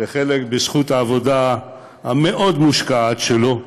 וחלק בזכות העבודה המאוד-מושקעת שלו,